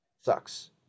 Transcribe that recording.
sucks